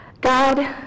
God